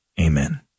Amen